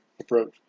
approach